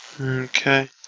Okay